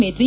Metri